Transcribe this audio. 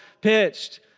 pitched